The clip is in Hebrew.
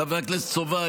חבר הכנסת סובה,